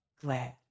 glad